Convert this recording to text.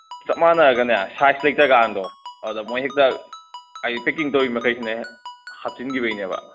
ꯆꯞ ꯃꯥꯟꯅꯔꯒꯅꯦ ꯁꯥꯏꯖ ꯂꯩꯇ꯭ꯔ ꯀꯥꯟꯗꯣ ꯑꯗꯥ ꯃꯣꯏ ꯍꯦꯛꯇ ꯍꯥꯏꯗꯤ ꯄꯦꯛꯀꯤꯡ ꯇꯧꯔꯤ ꯃꯈꯩꯁꯤꯅ ꯍꯥꯞꯆꯤꯟꯈꯤꯕꯩꯅꯦꯕ